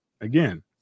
again